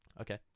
okay